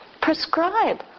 Prescribe